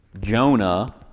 Jonah